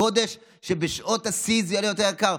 הגודש, בשעות השיא זה יעלה יותר יקר.